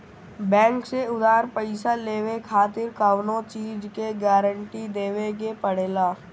bank से उधार पईसा लेवे खातिर कवनो चीज के गारंटी देवे के पड़ेला